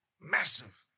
Massive